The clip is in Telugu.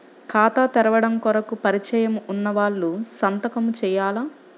ఖాతా తెరవడం కొరకు పరిచయము వున్నవాళ్లు సంతకము చేయాలా?